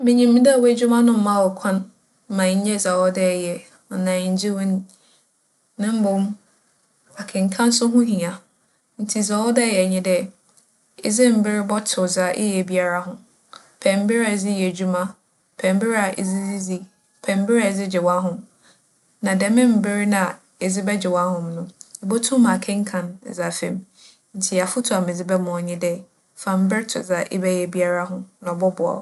Minyim dɛ w'edwuma no mma wo kwan ma ennyɛ dza ͻwͻ dɛ eyɛ anaa enngye w'enyi. Na mbom, akenkan so ho hia ntsi dza ͻwͻ dɛ eyɛ nye dɛ edze mber bͻto dza eyɛ biara ho. Pɛ mber a edze yɛ edwuma, pɛ mber a edze dzidzi, pɛ mber a edze gye w'ahom. Na dɛm mber na edze bɛgye w'ahom no, ibotum akenkan edze afa mu. Ntsi afotu a medze bɛma wo nye dɛ, fa mber to dza ebɛyɛ biara ho na ͻbͻboa wo.